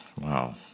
wow